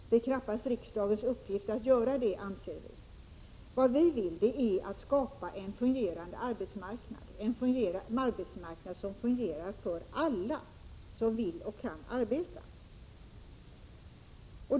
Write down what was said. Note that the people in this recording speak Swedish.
Det är knappast riksdagens uppgift att göra det, anser vi. Vad vi vill är att skapa en arbetsmarknad som fungerar för alla som vill och kan arbeta.